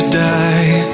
die